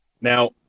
now